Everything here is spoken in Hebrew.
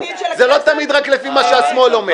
זה לא תמיד רק לפי מה שהשמאל אומר.